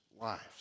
lives